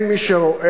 שבה אין מי שרואה,